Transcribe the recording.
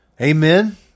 Amen